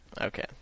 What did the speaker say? Okay